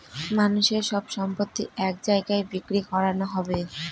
মানুষের সব সম্পত্তি এক জায়গায় বিক্রি করানো হবে